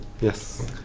yes